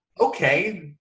okay